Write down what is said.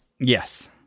Yes